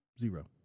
Zero